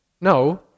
No